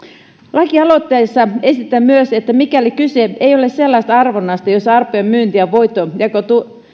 lakialoitteessa esitän myös että mikäli kyse ei ole sellaisesta arvonnasta jossa arpojen myynti ja voittojen jako